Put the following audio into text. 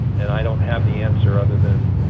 and i don't have the answer other than,